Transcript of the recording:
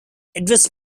address